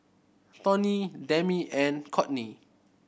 Tony Demi and Courtney